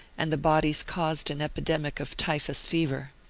and the bodies caused an epidemic of typhus fever.